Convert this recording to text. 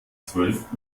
zwölf